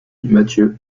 mathieu